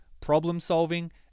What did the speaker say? problem-solving